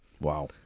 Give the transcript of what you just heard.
Wow